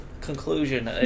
conclusion